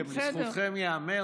לזכותכם ייאמר,